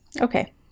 okay